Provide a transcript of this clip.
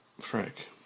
Frank